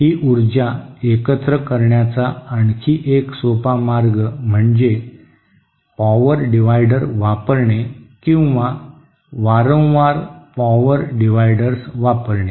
ही ऊर्जा एकत्र करण्याचा आणखी एक मार्ग म्हणजे पॉवर डिव्हायडर वापरणे किंवा वारंवार पॉवर डिव्हायडर्स वापरणे